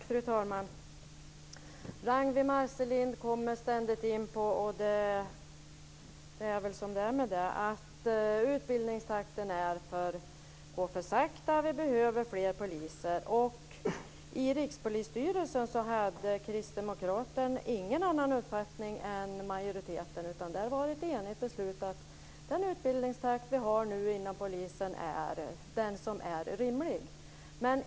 Fru talman! Ragnwi Marcelind kommer ständigt in på - och det är väl som det är med det - att utbildningstakten är för långsam. Vi behöver fler poliser. I Rikspolisstyrelsen hade Kristdemokraterna ingen annan uppfattning än majoriteten. Där var det ett enigt beslut att den utbildningstakt som vi har nu inom polisen är den som är rimlig.